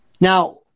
Now